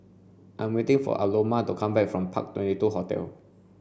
I'm waiting for Aloma to come back from Park Twenty Two Hotel